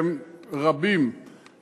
והם רבים,